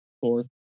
fourth